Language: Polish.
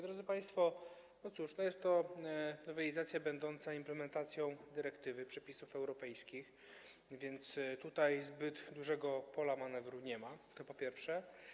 Drodzy państwo, no cóż, jest to nowelizacja będąca implementacją dyrektywy, przepisów europejskich, więc tutaj zbyt dużego pola manewru nie ma, to po pierwsze.